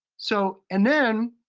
so and then,